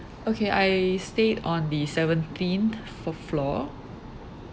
okay I stayed on the seventeenth f~ floor